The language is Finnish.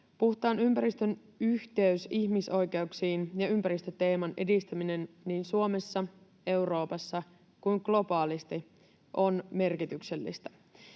Puhtaan ympäristön yhteys ihmisoikeuksiin ja ympäristöteeman edistäminen niin Suomessa, Euroopassa kuin globaalisti ovat merkityksellisiä.